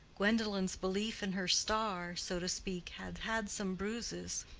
gwendolen's belief in her star, so to speak, had had some bruises.